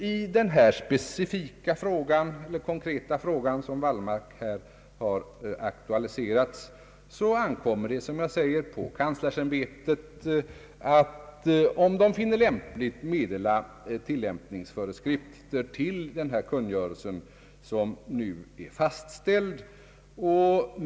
I den konkreta fråga som herr Wallmark aktualiserat ankommer det på kanslersämbetet att, om det så finner lämpligt, utfärda tillämpningsföreskrifter till den kungörelse som nu är fastställd.